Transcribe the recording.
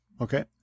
Okay